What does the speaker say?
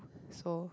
so